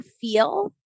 feel